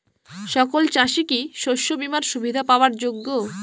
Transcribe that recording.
সকল চাষি কি শস্য বিমার সুবিধা পাওয়ার যোগ্য?